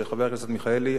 חבר הכנסת מיכאלי,